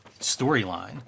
storyline